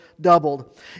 doubled